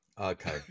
Okay